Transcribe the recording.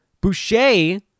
Boucher